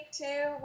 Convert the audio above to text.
two